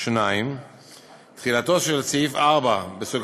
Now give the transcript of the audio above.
2. תחילתו של סעיף 4(א1)